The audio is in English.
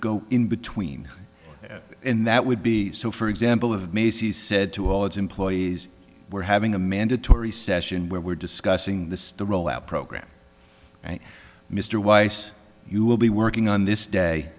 go in between and that would be so for example of macy's said to all its employees we're having a mandatory session where we're discussing the store rollout program and mr weiss you will be working on this day